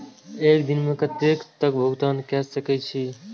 एक दिन में कतेक तक भुगतान कै सके छी